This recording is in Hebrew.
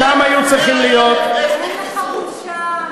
שם היו צריכים להיות, אין לך בושה.